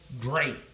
great